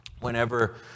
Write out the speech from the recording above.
whenever